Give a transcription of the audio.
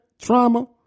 trauma